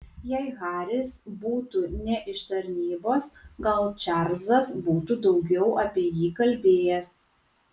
jei haris būtų ne iš tarnybos gal čarlzas būtų daugiau apie jį kalbėjęs